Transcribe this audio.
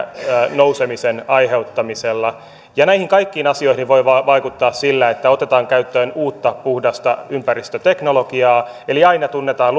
nousemisen aiheuttamisella ja näihin kaikkiin asioihin voi vaikuttaa sillä että otetaan käyttöön uutta puhdasta ympäristöteknologiaa eli aina tunnetaan